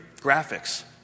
graphics